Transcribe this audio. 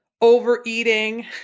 overeating